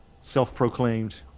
Self-proclaimed